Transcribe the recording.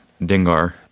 Dengar